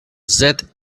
that